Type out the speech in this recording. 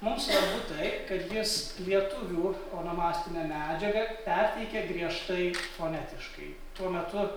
mum svarbu tai kad jis lietuvių onomastinę medžiagą perteikia griežtai fonetiškai tuo metu